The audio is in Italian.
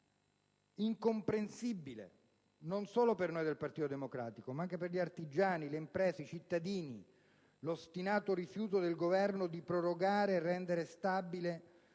incomprensibile, non solo per noi del Partito Democratico, ma anche per gli artigiani, per le imprese e per i cittadini, l'ostinato rifiuto del Governo di prorogare e di rendere stabile